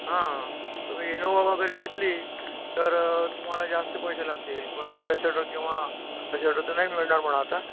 हां तुम्ही इनोवा वगैरे घेतली तर तुम्हाला जास्त पैसे लागतील पण ॲम्बेसॅडर किंवा ॲम्बेसॅडर तर नाही मिळणार म्हणा आता